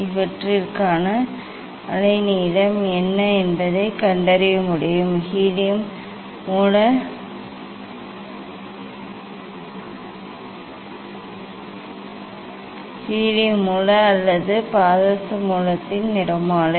இவற்றிற்கான அலை நீளம் என்ன என்பதைக் கண்டறிய முடியும் ஹீலியம் மூல அல்லது பாதரச மூலத்தின் நிறமாலை